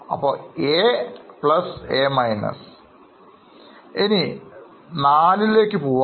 ഇപ്പോൾ നമുക്ക് നാലിലേക്ക് പോകാം